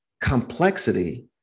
complexity